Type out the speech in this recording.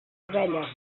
ovelles